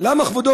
למה כבודו,